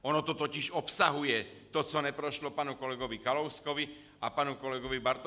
Ono to totiž obsahuje to, co neprošlo panu kolegu Kalouskovi a panu kolegovi Bartoškovi.